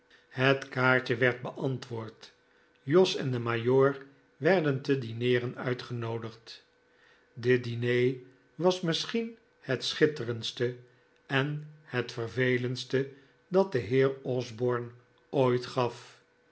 het kaartje werd beantwoord jos en de majoor werden te dineeren uitgenoodigd dit diner was misschien het schitterendste en het vervelendste dat de heer osborne ooit gaf